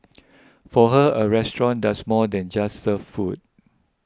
for her a restaurant does more than just serve food